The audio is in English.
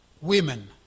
women